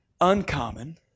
uncommon